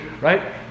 right